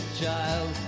child